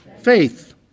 faith